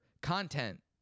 content